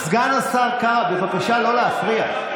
סגן השר קארה, בבקשה לא להפריע.